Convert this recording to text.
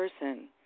person